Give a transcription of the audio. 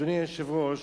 אדוני היושב-ראש,